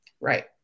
Right